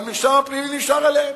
והמרשם הפלילי נשאר עליהם.